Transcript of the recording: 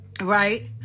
right